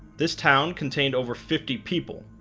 this town contained over fifty people,